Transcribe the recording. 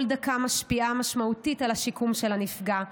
כל דקה משפיעה משמעותית על השיקום של הנפגע,